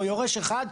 עם יורש אחד,